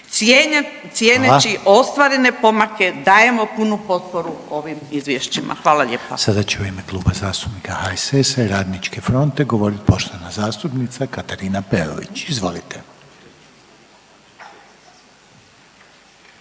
Hvala./… ostvarene pomake dajemo punu potporu ovom izvješćima. Hvala lijepa.